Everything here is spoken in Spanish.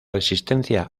resistencia